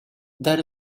there